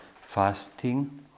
fasting